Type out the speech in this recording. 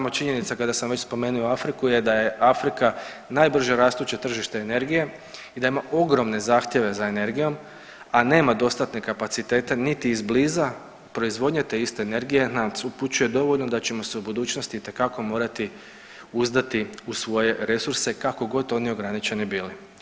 Sama činjenica kada sam već spomenuo Afriku je da je Afrika najbrže rastuće tržište energije i da ima ogromne zahtjeva za energijom, a nema dostatne kapacitete niti izbliza proizvodnje te iste energije nas upućuje dovoljno da ćemo se u budućnosti itekako morati uzdati u svoje resurse kakogod oni ograničeni bili.